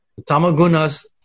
Tamagunas